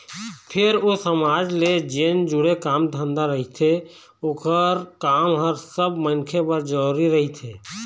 फेर ओ समाज ले जेन जुड़े काम धंधा रहिथे ओखर काम ह सब मनखे बर जरुरी रहिथे